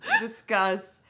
disgust